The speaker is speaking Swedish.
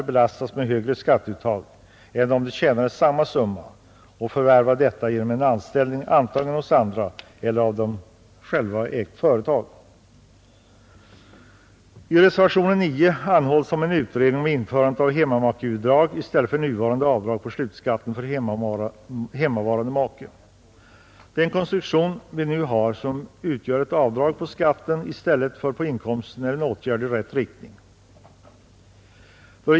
De belastas med högre skatteuttag än om de tjänade samma summa genom anställning antingen hos andra eller i av dem själva ägt företag. Den konstruktion som vi nu har och genom vilken avdrag görs på skatten i stället för på inkomsten är en åtgärd i rätt riktning.